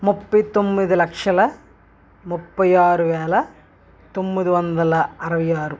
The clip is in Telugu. ముప్పై తొమ్మిది లక్షల ముప్పై ఆరువేల తొమ్మిది వందల అరవై ఆరు